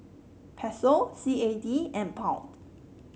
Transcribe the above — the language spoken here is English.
Peso C A D and Pound